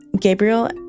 Gabriel